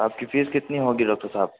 आपकी फीस कितनी होगी डॉक्टर साहब